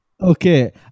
Okay